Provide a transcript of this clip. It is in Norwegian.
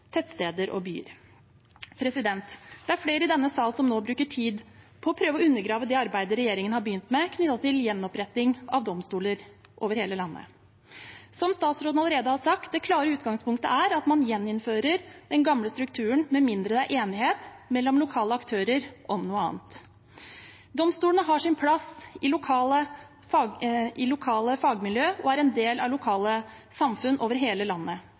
tettsteder og byer. Det er flere i denne sal som nå bruker tid på å prøve å undergrave det arbeidet regjeringen har begynt med knyttet til gjenoppretting av domstoler over hele landet. Som statsråden allerede har sagt: Det klare utgangspunktet er at man gjeninnfører den gamle strukturen med mindre det er enighet mellom lokale aktører om noe annet. Domstolene har sin plass i lokale fagmiljø og er en del av lokale samfunn over hele landet.